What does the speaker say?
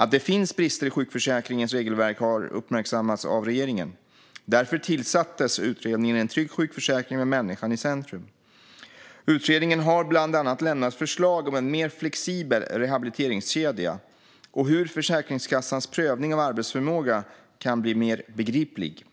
Att det finns brister i sjukförsäkringens regelverk har uppmärksammats av regeringen. Därför tillsattes Utredningen En trygg sjukförsäkring med människan i centrum. Utredningen har bland annat lämnat förslag om en mer flexibel rehabiliteringskedja och hur Försäkringskassans prövning av arbetsförmåga kan bli mer begriplig.